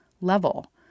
level